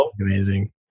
amazing